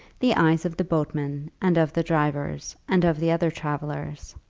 the eyes of the boatmen, and of the drivers, and of the other travellers,